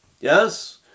yes